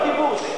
זהבה כיבוש.